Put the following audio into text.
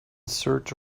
search